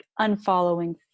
unfollowing